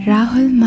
Rahul